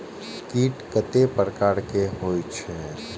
कीट कतेक प्रकार के होई छै?